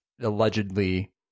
allegedly